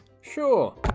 Sure